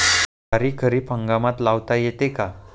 ज्वारी खरीप हंगामात लावता येते का?